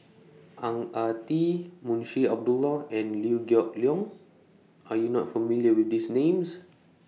Ang Ah Tee Munshi Abdullah and Liew Geok Leong Are YOU not familiar with These Names